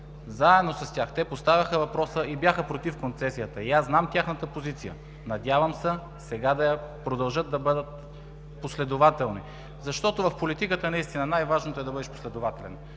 заедно с тях, те поставяха въпроса и бяха против концесията. Аз знам тяхната позиция. Надявам се сега да продължат да бъдат последователни, защото в политиката наистина най-важното е да бъдеш последователен.